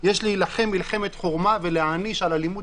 נכנסים לעניינים